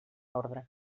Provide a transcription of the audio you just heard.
ordre